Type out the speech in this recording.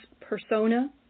persona